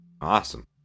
Awesome